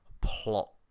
plot